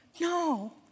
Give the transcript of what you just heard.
no